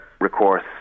recourse